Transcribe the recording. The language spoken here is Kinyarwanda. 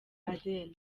adele